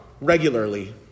regularly